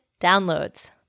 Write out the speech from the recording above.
downloads